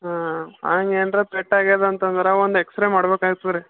ಹಾಂ ಹಾಗೆ ಏನಾರ ಪೆಟ್ಟಾಗ್ಯದ ಅಂತಂದ್ರೆ ಒಂದು ಎಕ್ಸ್ರೇ ಮಾಡ್ಬೇಕಾಗುತ್ತೆ ನೋಡ್ರಿ